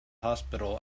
hospital